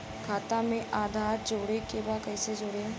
खाता में आधार जोड़े के बा कैसे जुड़ी?